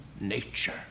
nature